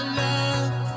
love